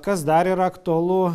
kas dar yra aktualu